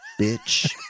bitch